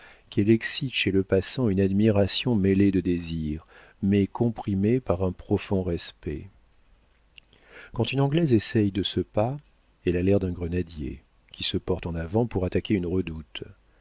qu'elle excite chez le passant une admiration mêlée de désir mais comprimée par un profond respect quand une anglaise essaie de ce pas elle a l'air d'un grenadier qui se porte en avant pour attaquer une redoute